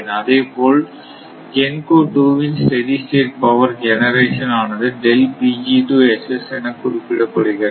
அதே போல GENCO 2 வின் ஸ்டெடி ஸ்டேட் பவர் ஜெனரேசன் ஆனது எனக் குறிப்பிடப்படுகிறது